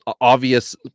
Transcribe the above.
obvious